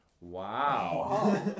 wow